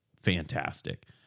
Fantastic